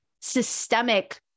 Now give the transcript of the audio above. systemic